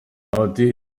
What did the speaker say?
abatuye